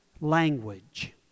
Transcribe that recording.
language